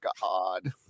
god